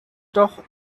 doch